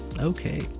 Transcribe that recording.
okay